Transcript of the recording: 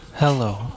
Hello